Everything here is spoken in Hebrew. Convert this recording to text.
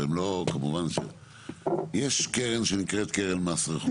יש קרן שנקראת קרן מס רכוש.